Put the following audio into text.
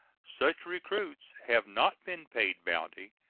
such recruits have not been paid bounty,